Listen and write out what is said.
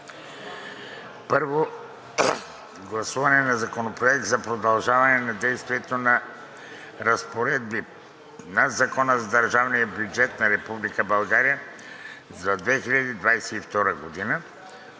Първо гласуване на Законопроект за продължаване действието на разпоредби на Закона за държавния бюджет на Република